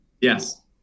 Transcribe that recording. Yes